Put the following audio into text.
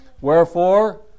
Wherefore